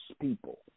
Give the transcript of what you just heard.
people